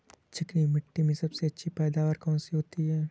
चिकनी मिट्टी में सबसे अच्छी पैदावार कौन सी होती हैं?